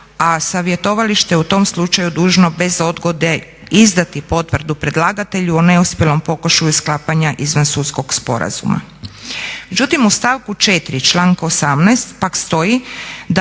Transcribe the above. a savjetovalište je u tom slučaju dužno bez odgode izdati potvrdu predlagatelju u neuspjelom pokušaju sklapanja izvan sudskog sporazuma.